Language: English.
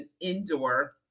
indoor